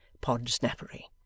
Podsnappery